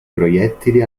proiettili